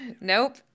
Nope